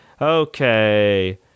Okay